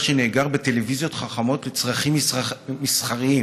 שנאגר בטלוויזיות החכמות לצרכים מסחריים.